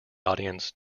audience